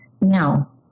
Now